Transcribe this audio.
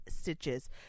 stitches